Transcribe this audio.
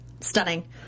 stunning